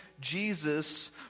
Jesus